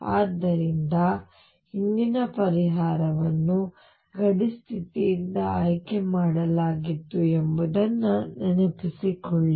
ಆದ್ದರಿಂದ ಹಿಂದಿನ ಪರಿಹಾರವನ್ನು ಗಡಿ ಸ್ಥಿತಿಯಿಂದ ಆಯ್ಕೆ ಮಾಡಲಾಗಿತ್ತು ಎಂಬುದನ್ನು ನೆನಪಿಸಿಕೊಳ್ಳಿ